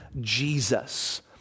Jesus